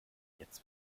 jetzt